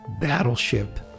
battleship